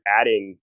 adding